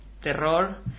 terror